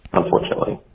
unfortunately